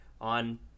on